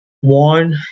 one